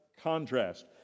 contrast